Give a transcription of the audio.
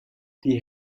die